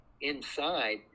inside